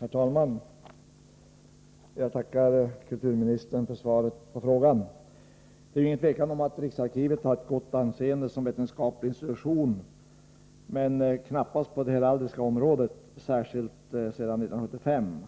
Herr talman! Jag tackar kulturministern för svaret på frågan. Det är inget tvivel om att riksarkivet har ett gott anseende som vetenskaplig institution, men knappast på det heraldiska området, särskilt inte sedan 1975.